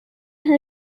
her